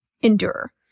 endure